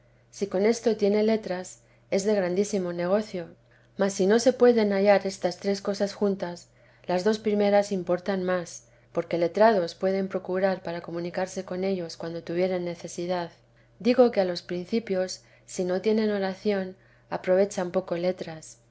si con esto tiene letras es de grandísimo negocio mas si no se pueden hallar estas tres cosas juntas las dos primeras importan más porque letrados pueden procurar para comunicarse con ellos cuando tuvieren necesidad digo que a los principios si no tienen oración aprovechan poco letras